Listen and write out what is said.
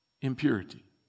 impurity